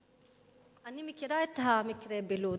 אני מכירה את המקרה בלוד,